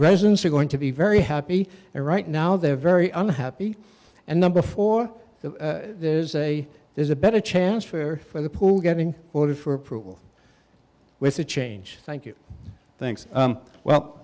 residents are going to be very happy and right now they're very unhappy and number four that there's a there's a better chance for for the pool getting voted for approval with a change thank you thanks well